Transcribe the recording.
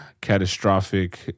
catastrophic